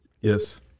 Yes